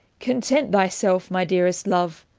content thy self, my dearest love,